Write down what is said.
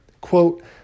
quote